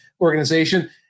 organization